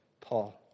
Paul